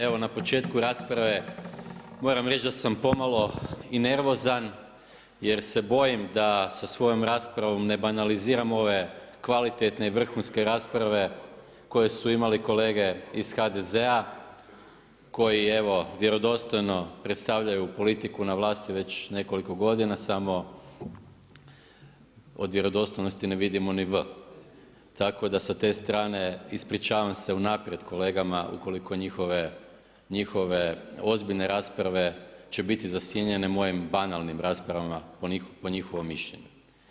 Evo, na početku rasprave, moram reći, da sam pomalo i nervozan, jer se bojim da sa svojom raspravu ne banaliziram ove kvalitetne i vrhunske rasprave, koje su imali kolege iz HDZ-a, koji evo, vjerodostojno predstavljaju politiku na vlasti već nekoliko godina, samo od vjerodostojnosti ne vidimo ni V. Tako da sa te strane ispričavam se unaprijed kolegama ukoliko njihove ozbiljne rasprave će biti zasjenjenje mojim banalnim raspravama po njihovom mišljenju.